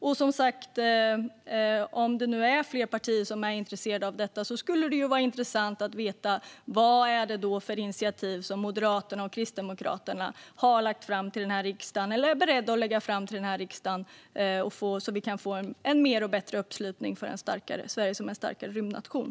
Om fler partier verkligen är engagerade i detta vore det intressant att veta vilka initiativ Moderaterna och Kristdemokraterna har lagt fram eller är beredda att lägga fram i riksdagen för att vi ska få en större och bättre uppslutning så att Sverige kan bli en starkare rymdnation.